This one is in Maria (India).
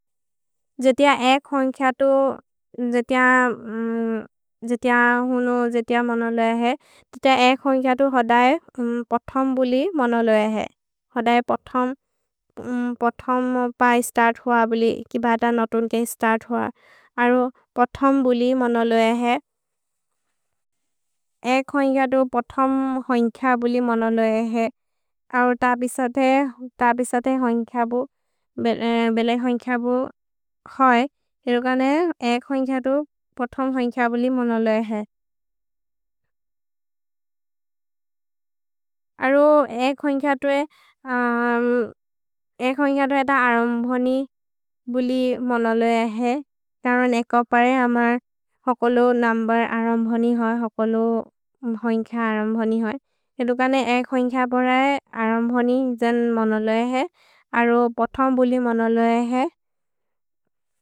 जे तिअ एक् होन्खिअतु, जे तिअ हुनु, जे तिअ मनलोएहे, ते तिअ एक् होन्खिअतु होदए पोथम् बुलि मनलोएहे। होदए पोथम्, पोथम् पए स्तर्त् हुअ, बुलि, कि बत नतुन्के स्तर्त् हुअ। अरो पोथम् बुलि मनलोएहे। एक् होन्खिअतु पोथम् होन्खिअबुलि मनलोएहे। अरो तबि सते, तबि सते होन्खिअबु, बेले होन्खिअबु होइ। हेरुगने एक् होन्खिअतु पोथम् होन्खिअबुलि मनलोएहे। अरो एक् होन्खिअतु ए, एक् होन्खिअतु ए त अरम्भनि बुलि मनलोएहे। करन् एकोपरे अमर् होकोलो नुम्बेर् अरम्भनि होइ, होकोलो होन्खिअ अरम्भनि होइ। हेरुगने एक् होन्खिअबुर अरम्भनि जन् मनलोएहे। अरो पोथम् बुलि मनलोएहे।